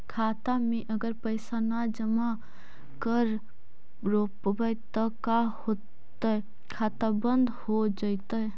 खाता मे अगर पैसा जमा न कर रोपबै त का होतै खाता बन्द हो जैतै?